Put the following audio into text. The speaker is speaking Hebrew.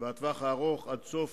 והטווח הארוך עד סוף